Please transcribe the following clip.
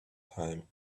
time